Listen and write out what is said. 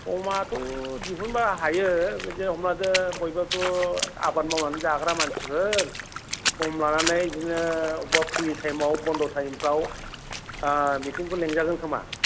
समाथ' दिहुनब्ला हायो बे जे हमना लादो बयबोथ' आबाद मावनानै जाग्रा मानसिफोर सम लानानै बेदिनो अब्बा फ्रि टाइमआव बन्द टाइमफ्राव मिटिंखौ लिंजागोनखोमा